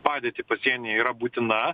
padėtį pasienyje yra būtina